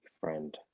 friend